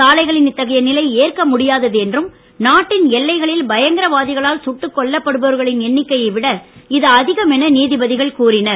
சாலைகளின் இத்தகைய நிலை ஏற்க முடியாத்து என்றும் நாட்டின் எல்லைகளில் பயங்கரவாதிகளால் சுட்டுக் கொல்லப்படுபவர்களின் எண்ணிக்கையை விட இது அதிகம் என நீதிபதிகள் கூறினர்